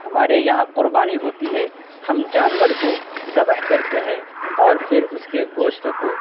ہمارے یہاں قربانی ہوتی ہے ہم جانور کو ذبح کرتے ہیں اور پھر اس کے گوشت کو